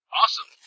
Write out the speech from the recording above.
awesome